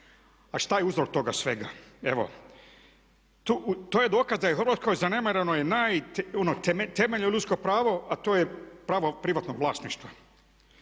A šta je uzrok toga svega? Evo to je dokaz da je u Hrvatskoj zanemareno temeljno ljudsko pravo a to je pravo privatnog vlasništva.